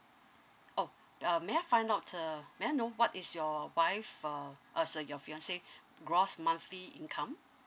!ow! uh may I find out uh may I know what is your wife uh uh sorry your fiancee gross monthly income